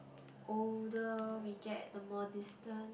older we get the more distance